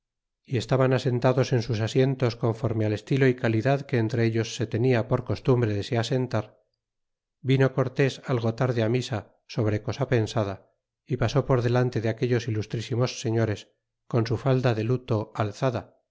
y estaban asentados en sus asientos conforme al estilo y calidad que entre ellos se tenia por costumbre de se asentar vino cortés algo tarde misa sobre cosa pensada y pasó por delante de aquellos ilustrisimos señores con su falda de luto